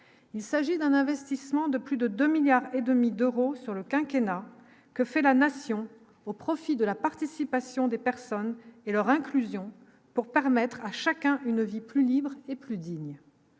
Il s'agit d'un investissement de plus de 2 milliards et demi d'euros sur le quinquennat que fait la nation au profit de la participation des personnes et leur inclusion pour permettre à chacun une vie plus libre et plus digne,